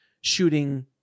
shooting